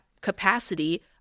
capacity